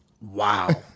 Wow